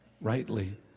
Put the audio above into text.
rightly